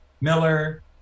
Miller